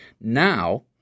Now